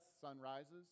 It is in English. sunrises